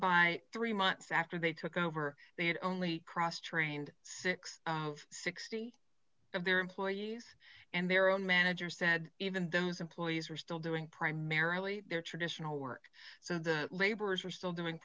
by three months after they took over the only cross trained six hundred and sixty of their employees and their own manager said even those employees are still doing primarily their traditional work so the laborers are still doing